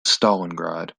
stalingrad